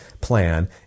plan